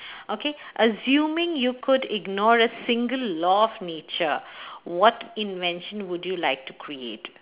okay assuming you could ignore a single law of nature what invention would you like to create